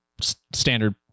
standard